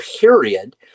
period